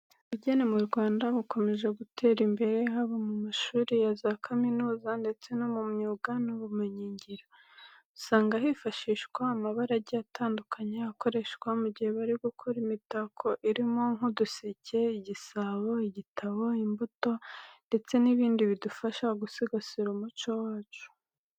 Ubugeni mu Rwanda bukomeje gutera imbere haba mu mashuri ya za kaminuza ndetse no mu myuga n'ubumenyingiro. Usanga hifashishwa amabara agiye atandukanye akoreshwa mu gihe bari gukora imitako irimo nk'uduseke, igisabo, igitabo, imbuto ndetse n'ibindi bidufasha gusigasira umuco wacu.